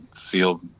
feel